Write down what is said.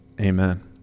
amen